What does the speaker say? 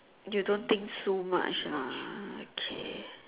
you don't think so much ah okay